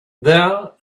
there